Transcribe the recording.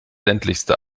ländlichste